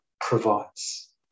provides